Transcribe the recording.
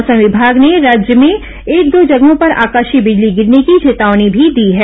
मौसम विभाग ने राज्य में एक दो जगहों पर आकाशीय बिजली गिरने की चेतावनी भी दी है